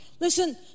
Listen